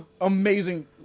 amazing